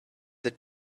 that